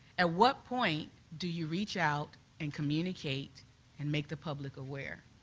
and what point do you reach out and communicate and make the public aware?